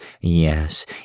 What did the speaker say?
Yes